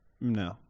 No